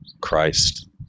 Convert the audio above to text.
christ